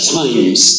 times